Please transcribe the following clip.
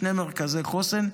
שני מרכזי חוסן,